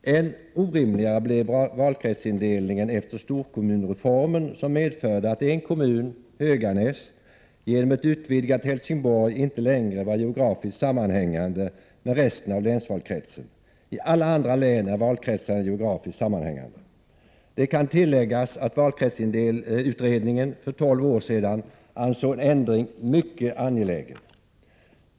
Än orimligare blev valkretsindelningen efter storkommunreformen, som medförde att en kommun, Höganäs, genom ett utvidgat Helsingborg inte längre var geografiskt sammanhängande med resten av länsvalkretsen. I alla andra län är valkretsarna geografiskt sammanhängande. Det kan tilläggas att valkretsutredningen för tolv år sedan ansåg en ändring mycket angelägen.